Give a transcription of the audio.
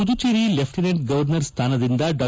Puducherry lieutenant governor ಸ್ಥಾನದಿಂದ ಡಾ